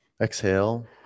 exhale